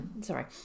sorry